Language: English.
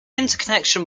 interconnection